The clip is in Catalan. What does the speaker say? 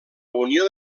unió